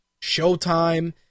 showtime